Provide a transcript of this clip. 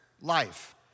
life